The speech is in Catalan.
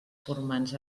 formants